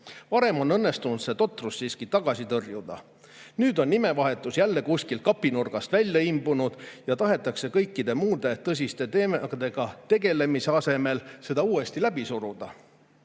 Varem on õnnestunud see totrus siiski tagasi tõrjuda. Nüüd on nimevahetus jälle kuskilt kapinurgast välja imbunud ja tahetakse kõikide tõsiste teemadega tegelemise asemel seda uuesti läbi suruda.Me